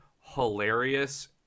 hilarious